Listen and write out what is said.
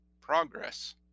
progress